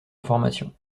information